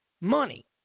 money